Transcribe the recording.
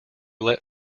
let